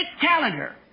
calendar